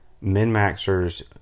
min-maxers